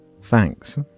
Thanks